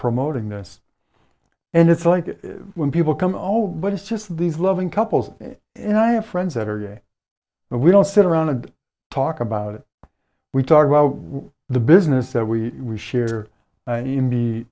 promoting this and it's like when people come all but it's just these loving couples and i have friends that are gay but we don't sit around and talk about it we talk about the business that we share an